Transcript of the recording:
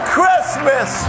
Christmas